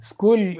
School